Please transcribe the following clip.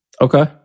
Okay